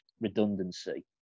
redundancy